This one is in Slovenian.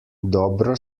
dobro